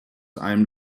einem